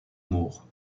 moore